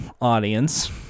audience